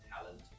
talent